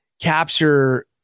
capture